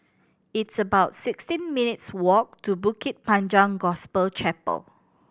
it's about sixteen minutes' walk to Bukit Panjang Gospel Chapel